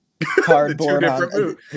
cardboard